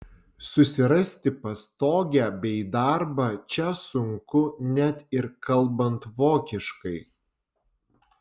susirasti pastogę bei darbą čia sunku net ir kalbant vokiškai